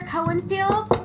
Cohenfield